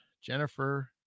Jennifer